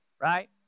right